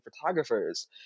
photographers